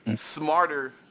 smarter